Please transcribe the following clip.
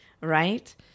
Right